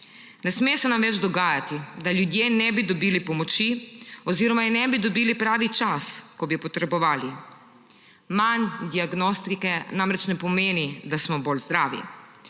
Ne sme se nam več dogajati, da ljudje ne bi dobili pomoči oziroma je ne bi dobili pravi čas, ko bi jo potrebovali. Manj diagnostike namreč ne pomeni, da smo bolj zdravi.